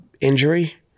injury